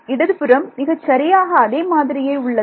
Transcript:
இடதுபுறம் மிகச்சரியாக அதே மாதிரியே உள்ளது